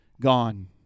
gone